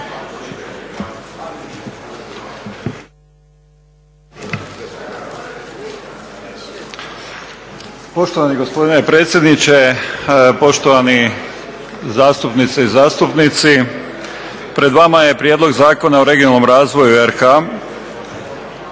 Poštovani gospodine predsjedniče, poštovani zastupnice i zastupnici. Pred vama je Prijedlog Zakona o regionalnom razvoju RH-a